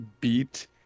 beat